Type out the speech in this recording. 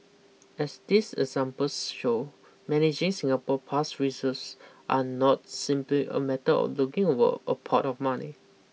as these examples show managing Singapore past reserves are not simply a matter of looking over a pot of money